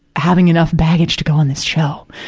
having enough baggage to go on this show.